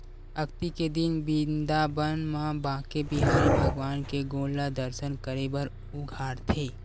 अक्ती के दिन बिंदाबन म बाके बिहारी भगवान के गोड़ ल दरसन करे बर उघारथे